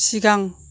सिगां